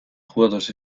jugadores